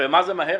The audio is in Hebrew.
מה זה מהר?